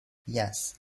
yes